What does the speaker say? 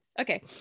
Okay